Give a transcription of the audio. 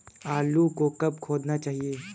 आलू को कब खोदना चाहिए?